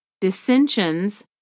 dissensions